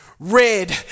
Red